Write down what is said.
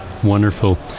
Wonderful